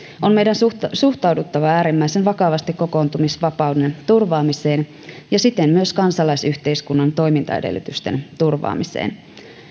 on meidän suhtauduttava äärimmäisen vakavasti kokoontumisvapauden turvaamiseen ja siten myös kansalaisyhteiskunnan toimintaedellytysten turvaamiseen